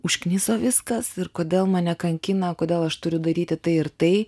užkniso viskas ir kodėl mane kankina kodėl aš turiu daryti tai ir tai